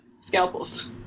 scalpels